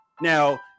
Now